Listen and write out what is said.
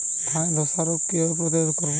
ধানে ধ্বসা রোগ কিভাবে প্রতিরোধ করব?